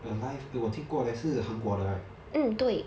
alive 我听过 leh 是韩国的 right